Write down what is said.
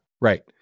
right